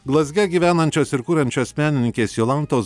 glazge gyvenančios ir kuriančios menininkės jolantos